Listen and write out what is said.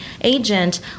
agent